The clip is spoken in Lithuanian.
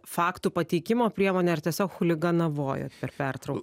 faktų pateikimo priemonė ar tiesiog chuliganavojo per pertrauką